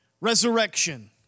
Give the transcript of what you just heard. Resurrection